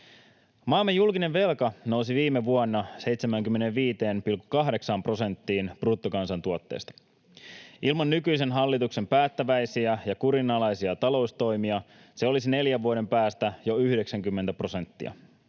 Maamme julkinen velka nousi viime vuonna 75,8 prosenttiin bruttokansantuotteesta. Ilman nykyisen hallituksen päättäväisiä ja kurinalaisia taloustoimia se olisi neljän vuoden päästä jo 90 prosenttia.